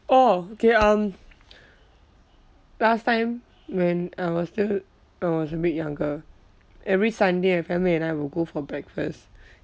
orh okay um last time when I was still I was a bit younger every sunday my family and I will go for breakfast